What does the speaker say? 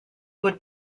would